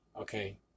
Okay